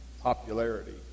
popularity